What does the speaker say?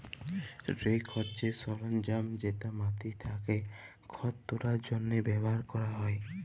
rake হছে সরলজাম যেট মাটি থ্যাকে খড় তুলার জ্যনহে ব্যাভার ক্যরা হ্যয়